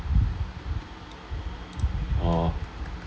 oh